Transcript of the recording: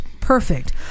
perfect